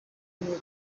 bitewe